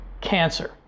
cancer